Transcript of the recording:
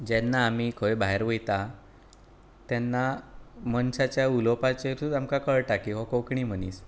जेन्ना आमी खंय भायर वयता तेन्ना मनशाच्या उलोवपाचेरूच आमकां कळटा की हो कोंकणी मनीस